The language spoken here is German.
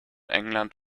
england